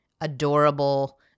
adorable